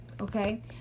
Okay